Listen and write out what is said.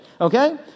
Okay